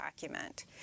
document